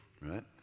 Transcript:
right